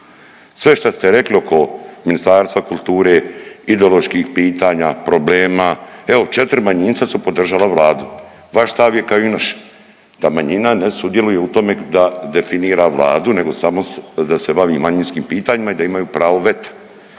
Sve šta ste rekli oko Ministarstva kulture, ideoloških pitanja problema, evo četri manjinca su podržala Vladu, vaš stav je kao i naš da manjina ne sudjeluje u tome da definira Vladu nego samo da se bavi manjinskim pitanjima i da imaju pravo veta.